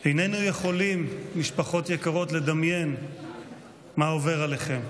משפחות יקרות, איננו יכולים לדמיין מה עובר עליכן.